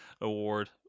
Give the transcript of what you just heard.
award